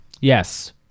Yes